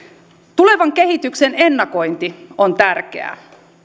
tulevan kehityksen ennakointi on tärkeää